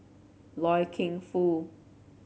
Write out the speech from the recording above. Loy Keng Foo